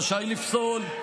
רשאי לפסול,